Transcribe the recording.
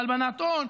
בהלבנת הון,